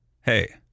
hey